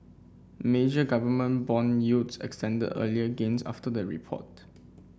major government bond yields extended earlier gains after the report